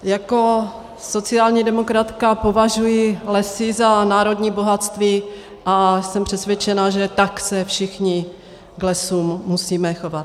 Jako sociální demokratka považuji lesy za národní bohatství a jsem přesvědčena, že tak se všichni k lesům musíme chovat.